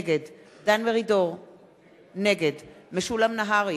כי אתה מראש אמרת שאתה משוכנע,